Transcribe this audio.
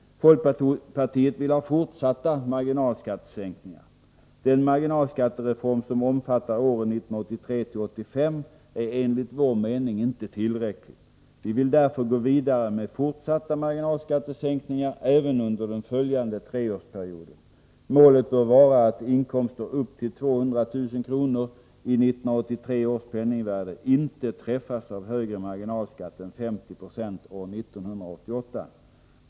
Folkpartiet vill ha fortsatta marginalskattesänkningar. Den marginalskattereform som omfattar åren 1983-1985 är enligt vår mening inte tillräcklig. Vi vill därför gå vidare med fortsatta marginalskattesänkningar även under den följande treårsperioden. Målet bör vara att inkomster upp till 200000 kr. i 1983 års penningvärde inte träffas av högre marginalskatt än 50 96 år 1988.